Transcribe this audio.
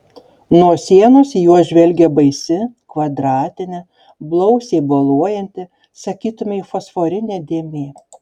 nuo sienos į juos žvelgė baisi kvadratinė blausiai boluojanti sakytumei fosforinė dėmė